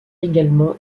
également